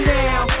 now